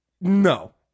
No